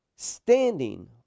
standing